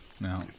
No